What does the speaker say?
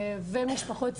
ומשפחות צעירות,